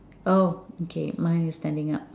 oh okay mine is standing up